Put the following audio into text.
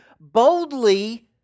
boldly